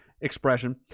expression